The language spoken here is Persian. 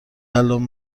الآن